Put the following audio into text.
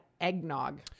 eggnog